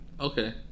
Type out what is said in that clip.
Okay